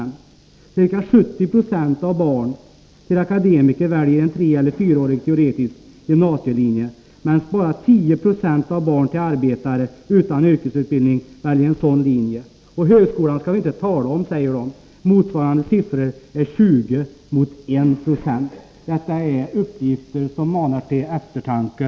Flickorna skriver sedan: ”Ca 70 procent av barn till akademiker väljer en 3 eller 4-årig teoretisk gymnasielinje medan bara 10 26 av barn till arbetare utan yrkesutbildning väljer en sådan linje. Högskolan ska vi inte tala om — motsvarande siffror är 20 mot en procent.” Detta är uppgifter som manar till eftertanke.